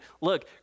look